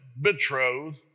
betrothed